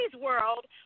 world